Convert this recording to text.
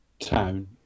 town